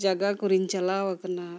ᱡᱟᱭᱜᱟ ᱠᱚᱨᱮᱧ ᱪᱟᱞᱟᱣ ᱟᱠᱟᱱᱟ